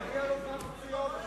מגיע לו זמן פציעות.